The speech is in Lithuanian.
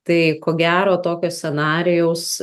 tai ko gero tokio scenarijaus